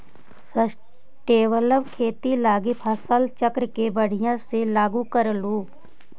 sustainable खेती लागी फसल चक्र के बढ़ियाँ से लागू करहूँ